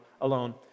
alone